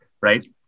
right